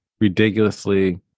ridiculously